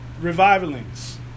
revivalings